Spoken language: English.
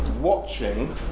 watching